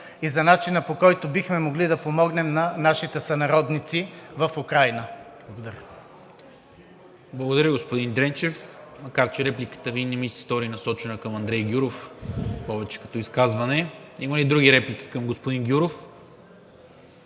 и за начина, по който бихме могли да помогнем на нашите сънародници в Украйна. Благодаря. ПРЕДСЕДАТЕЛ НИКОЛА МИНЧЕВ: Благодаря, господин Дренчев, макар че репликата Ви не ми се стори насочена към Андрей Гюров, а повече като изказване. Има ли други реплики към господин Гюров?